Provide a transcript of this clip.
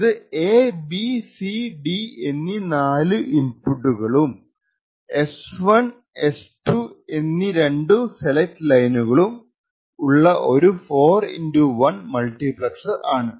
ഇത് എബിസിഡി എന്നീ നാലു ഇൻപുട്ടുകളും എസ്1എസ്2 എന്ന രണ്ടു സെലക്ട് ലൈനുകളും ഉള്ള ഒരു 4 x 1 മൾട്ടിപ്ളെക്സർ ആണ്